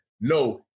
No